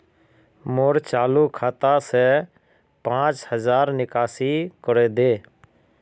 मोर चालु खाता से पांच हज़ारर निकासी करे दे